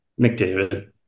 McDavid